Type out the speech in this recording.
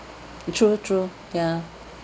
true true ya